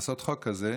לעשות חוק כזה: